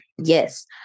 Yes